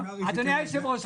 אדוני היושב-ראש,